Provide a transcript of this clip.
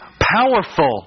powerful